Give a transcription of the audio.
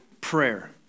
prayer